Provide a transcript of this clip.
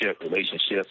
relationships